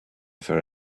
for